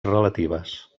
relatives